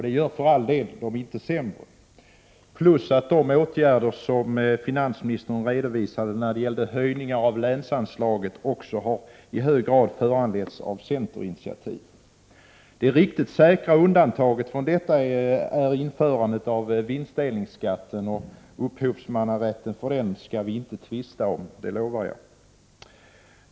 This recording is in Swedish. Det gör dem för all del inte sämre. De åtgärder som finansministern redovisar när det gäller höjningar av länsanslaget har också i hög grad föranletts av centerinitiativ. Det riktigt säkra undantaget från detta är införandet av vinstdelningsskatten. Upphovsmannarätten till den skall vi inte tvista om — det lovar jag.